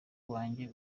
wanjye